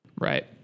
Right